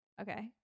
Okay